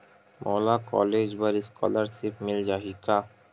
मोला कॉलेज बर स्कालर्शिप मिल जाही का?